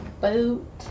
boat